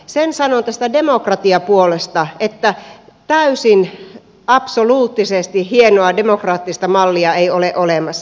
sen sanon tästä demokratiapuolesta että täysin absoluuttisesti hienoa demokraattista mallia ei ole olemassa